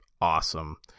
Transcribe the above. awesome